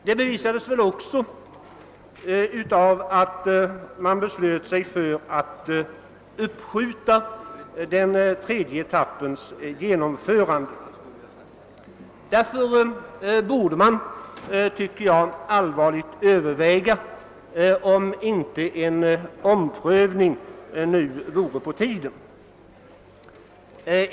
Det bevisas också av att man beslöt sig för att uppskjuta den tredje etappens genomförande. Därför borde man, tycker jag, allvarligt överväga om inte en omprövning nu vore på tiden.